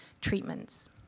treatments